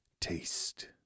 taste